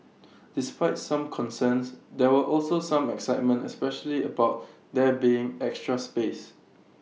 despite some concerns there were also some excitement especially about there being extra space